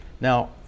Now